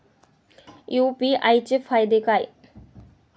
UPI चे फायदे काय?